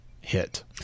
hit